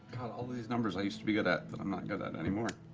all these numbers i used to be good at, but i'm not good at anymore.